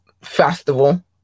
festival